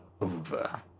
over